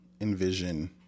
envision